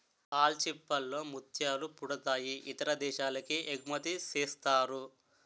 ఆల్చిచిప్పల్ లో ముత్యాలు పుడతాయి ఇతర దేశాలకి ఎగుమతిసేస్తారు